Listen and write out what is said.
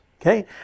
Okay